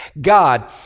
God